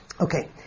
Okay